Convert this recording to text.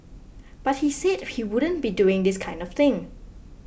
but he said he wouldn't be doing this kind of thing